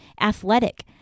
athletic